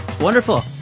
Wonderful